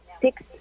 six